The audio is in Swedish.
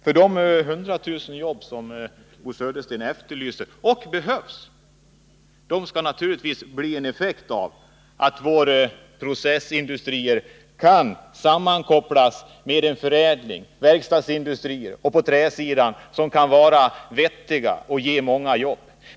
De 100 000 jobb som Bo Södersten efterlyste — och som behövs — skall naturligtvis bli en effekt av att våra processindustrier kan sammankopplas med en förädling inom verkstadsindustrin och på träsidan som är vettig och ger många jobb.